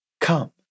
come